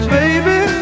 baby